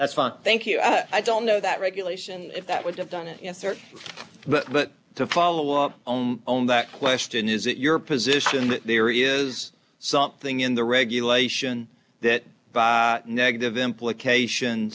that's fine thank you i don't know that regulation if that would have done it yes sir but but to follow up on that question is it your position that there is something in the regulation that negative implications